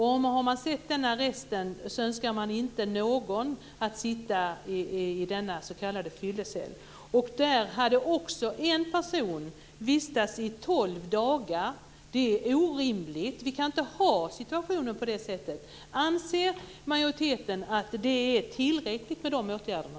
Har man sett den arresten önskar man inte någon att sitta i denna s.k. fyllecell. En person hade vistats där i tolv dagar. Det är orimligt. Vi kan inte ha det på det viset. Anser majoriteten att det är tillräckligt med de åtgärderna?